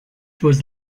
was